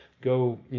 go